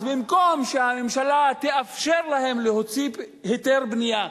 אז במקום שהממשלה תאפשר להם להוציא היתר בנייה,